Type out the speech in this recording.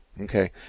okay